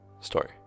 story